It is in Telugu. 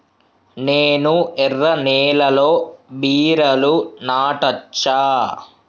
నేను ఎర్ర నేలలో బీరలు నాటచ్చా?